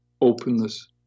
openness